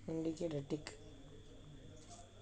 indicate a tick